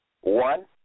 one